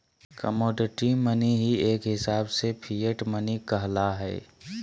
commodity money ही एक हिसाब से फिएट मनी कहला हय